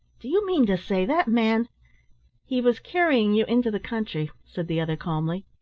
do you mean to say that man he was carrying you into the country, said the other calmly.